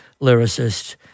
lyricist